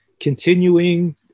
continuing